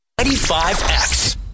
95X